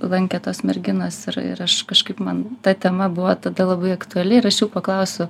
lankė tos merginos ir ir aš kažkaip man ta tema buvo tada labai aktuali ir aš jų paklausiu